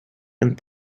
and